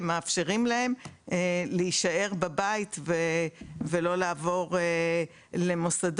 מאפשרים להם להישאר בבית ולא לעבור למוסדות,